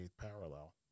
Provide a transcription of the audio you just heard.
parallel